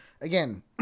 again